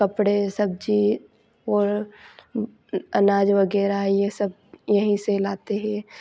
कपड़े सब्जी और अनाज वगैरह है ये सब यहीं से लाते हैं